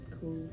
cool